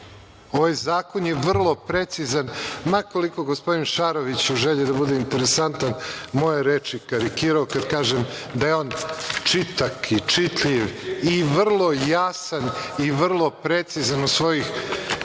ovaj zakon je vrlo precizan. Ma koliko je gospodin Šarović, u želji da bude interesantan, moje reči karikirao kada kažem da je on čitak i čitljiv i vrlo jasan i vrlo precizan u svom